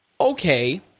okay